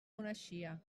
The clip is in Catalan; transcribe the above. coneixia